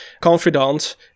confidant